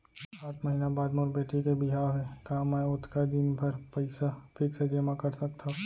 आठ महीना बाद मोर बेटी के बिहाव हे का मैं ओतका दिन भर पइसा फिक्स जेमा कर सकथव?